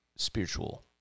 Spiritual